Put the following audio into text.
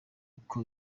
uku